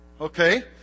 Okay